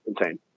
insane